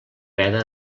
veda